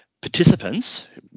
participants